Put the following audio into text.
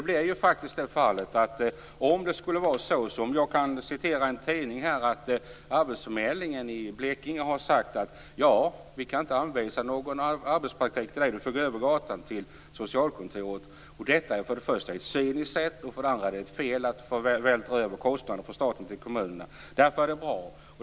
Jag kan referera vad som står i tidningen om att representanter för arbetsförmedlingen i Blekinge har sagt att de inte kan anvisa någon arbetspraktik och hänvisat folk tvärs över gatan till socialkontoret. För det första är det cyniskt. För det andra är det fel att vältra över kostnader från staten till kommunerna. Därför är det bra med ett klarläggande.